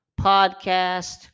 podcast